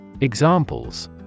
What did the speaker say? Examples